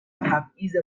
تبعیض